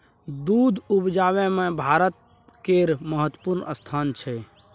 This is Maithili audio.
दूध उपजाबै मे भारत केर महत्वपूर्ण स्थान छै